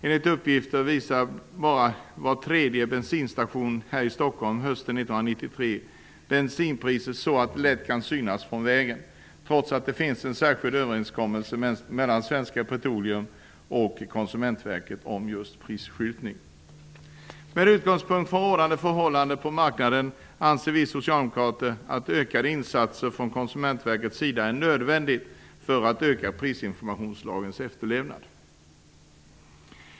Enligt uppgift visade hösten 1993 bara var tredje bensinstation här i Stockholm bensinpriset så att det lätt kunde synas från vägen, trots att det finns en särskild överenskommelse mellan Svenska Med utgångspunkt i rådande förhållanden på marknaden anser vi socialdemokrater att ökade insatser från Konsumentverkets sida är nödvändiga för att få en bättre efterlevnad av prisinformationslagen.